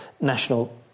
national